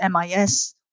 MIS